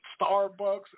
Starbucks